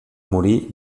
morí